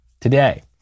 today